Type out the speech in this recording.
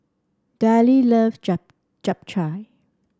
Dillie love Japchae